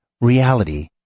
reality